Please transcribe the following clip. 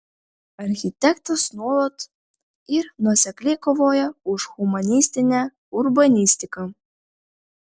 architektas nuolat ir nuosekliai kovojo už humanistinę urbanistiką